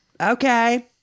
Okay